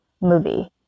movie